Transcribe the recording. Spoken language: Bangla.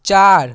চার